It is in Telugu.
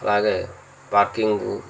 అలాగే వాక్కింగు